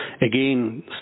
Again